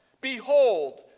behold